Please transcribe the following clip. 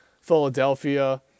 Philadelphia